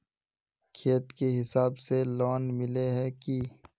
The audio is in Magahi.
खेत के हिसाब से लोन मिले है की?